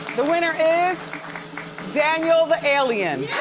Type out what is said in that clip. the winner is daniel, the alien.